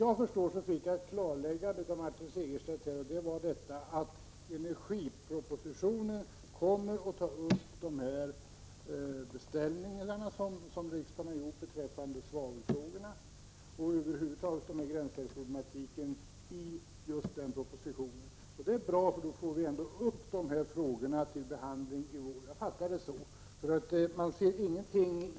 Jag fick dock ett klarläggande av Martin Segerstedt, nämligen att man i energipropositionen kommer att ta upp riksdagens beställningar om svavelfrågorna och över huvud taget gränsvärdesproblematiken. Det är bra, därför att vi då får upp dessa frågor till behandling.